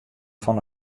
fan